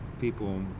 people